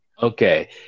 Okay